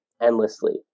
endlessly